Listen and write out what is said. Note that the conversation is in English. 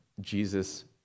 Jesus